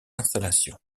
installations